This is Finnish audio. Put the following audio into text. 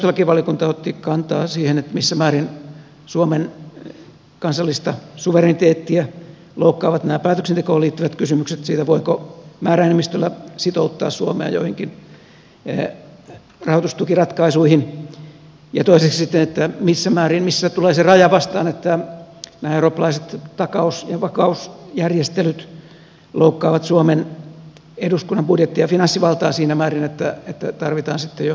suomessa perustuslakivaliokunta otti kantaa siihen missä määrin suomen kansallista suvereniteettia loukkaavat nämä päätöksentekoon liittyvät kysymykset siitä voiko määräenemmistöllä sitouttaa suomea joihinkin rahoitustukiratkaisuihin ja toiseksi sitten siihen missä tulee se raja vastaan että nämä eurooppalaiset takaus ja vakausjärjestelyt loukkaavat suomen eduskunnan budjetti ja finanssivaltaa siinä määrin että tarvitaan sitten jo määräenemmistöpäätöksentekoa